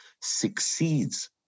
succeeds